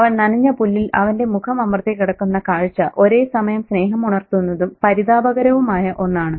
അവൻ നനഞ്ഞ പുല്ലിൽ അവന്റെ മുഖം അമർത്തി കിടക്കുന്ന കാഴ്ച ഒരേ സമയം സ്നേഹം ഉണർത്തുന്നതും പരിതാപകരവുമായ ഒന്നാണ്